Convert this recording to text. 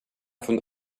von